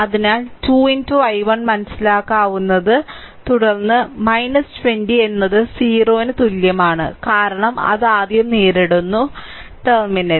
അതിനാൽ 2 i1 മനസ്സിലാക്കാവുന്ന 2 i1 v1 തുടർന്ന് 20 എന്നത് 0 ന് തുല്യമാണ് കാരണം അത് ആദ്യം നേരിടുന്നു ടെർമിനൽ